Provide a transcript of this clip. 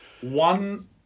one